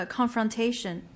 confrontation